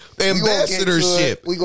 Ambassadorship